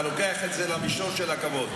אתה לוקח את זה למישור של הכבוד.